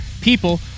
people